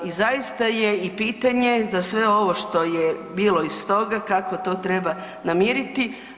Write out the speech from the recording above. I zaista je i pitanje za sve ovo što je bilo iz toga kako to treba namiriti.